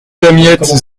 damiette